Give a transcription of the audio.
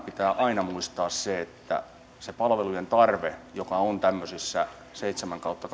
pitää aina muistaa on se palvelujen tarve tämmöisissä tehostetun palveluasumisen seitsemän kautta